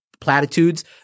platitudes